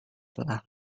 telah